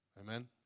Amen